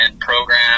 program